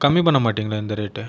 கம்மி பண்ண மாட்டிங்களா இந்த ரேட்டை